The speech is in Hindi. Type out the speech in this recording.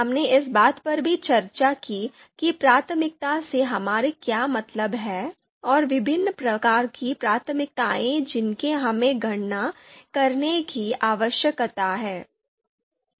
हमने इस बात पर भी चर्चा की कि प्राथमिकता से हमारा क्या मतलब है और विभिन्न प्रकार की प्राथमिकताएँ जिनकी हमें गणना करने की आवश्यकता है